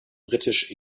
britisch